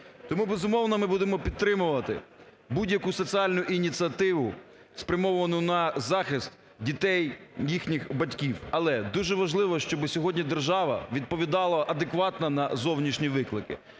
Тому, безумовно, ми будемо підтримувати будь-яку соціальну ініціативу, спрямовану на захист дітей, їхніх батьків. Але дуже важливо, щоб сьогодні держава відповідала адекватно на зовнішні виклики,